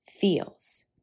feels